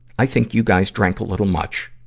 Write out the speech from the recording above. i think you guys drank a little much.